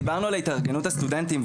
דיברנו על התארגנות הסטודנטים,